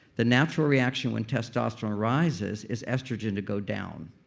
the natural reaction when testosterone rises is estrogen to go down.